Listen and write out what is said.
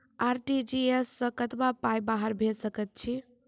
RTGS सअ कतबा पाय बाहर भेज सकैत छी?